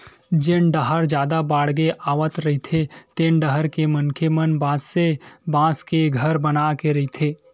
जेन डाहर जादा बाड़गे आवत रहिथे तेन डाहर के मनखे मन बासे बांस के घर बनाए के रहिथे